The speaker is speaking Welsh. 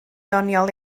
ddoniol